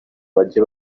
bajye